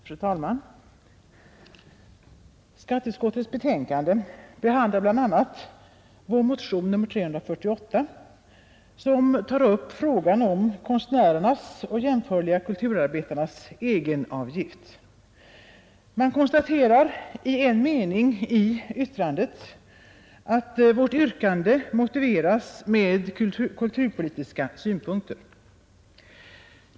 Fru talman! Skatteutskottets betänkande behandlar bl.a. vår motion nr 348, som tar upp frågan om konstnärernas och jämförliga kulturarbetares egenavgift. Utskottet konstaterar i en mening i yttrandet att vårt yrkande motiveras med kulturpolitiska synpunkter.